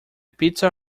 pizza